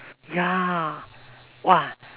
ya !wah!